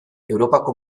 europako